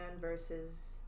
versus